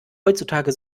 heutzutage